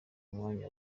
umwanya